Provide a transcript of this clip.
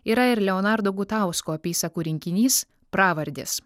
yra ir leonardo gutausko apysakų rinkinys pravardės